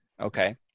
Okay